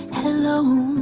hello.